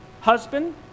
husband